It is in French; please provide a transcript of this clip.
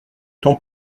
temps